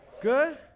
Good